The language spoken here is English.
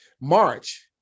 March